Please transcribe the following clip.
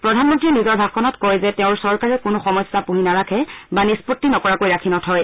প্ৰধানমন্ত্ৰীয়ে নিজৰ ভাষণত কয় যে তেওঁৰ চৰকাৰে কোনো সমস্যা পুহি নাৰাখে বা নিষ্পত্তি নকৰাকৈ ৰাখি নথয়